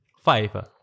five